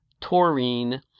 taurine